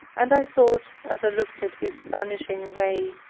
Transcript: and i thought, as i looked at his vanishing ray,